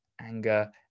anger